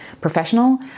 professional